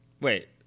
Wait